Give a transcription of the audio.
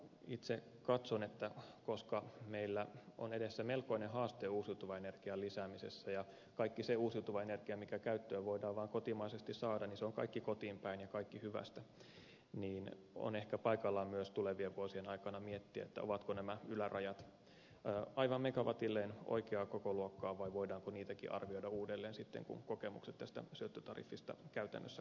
itse katson että koska meillä on edessä melkoinen haaste uusiutuvan energian lisäämisessä ja kaikki se uusiutuva energia mikä käyttöön voidaan vaan kotimaisesti saada on kaikki kotiin päin ja kaikki hyvästä niin on ehkä paikallaan myös tulevien vuosien aikana miettiä ovatko nämä ylärajat aivan megawatilleen oikeaa kokoluokkaa vai voidaanko niitäkin arvioida uudelleen sitten kun kokemukset tästä syöttötariffista käytännössä karttuvat